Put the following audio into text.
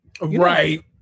Right